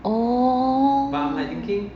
orh